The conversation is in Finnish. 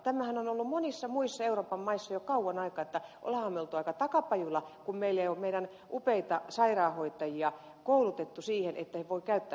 tämähän on ollut monissa muissa euroopan maissa jo kauan aikaa että olemmehan me olleet aika takapajula kun meillä ei ole meidän upeita sairaanhoitajia koulutettu siihen että he voivat käyttää sitä osaamistaan